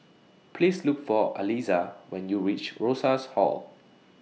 Please Look For Aliza when YOU REACH Rosas Hall